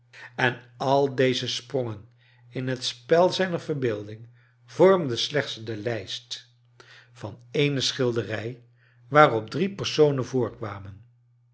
en al deze sprongen in het spel zijner verbeelding vormden slechts de lijst van eene schilderij waarop drie personen voorkwamen